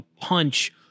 punch